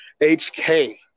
HK